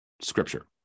scripture